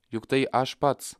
juk tai aš pats